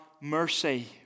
mercy